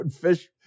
fish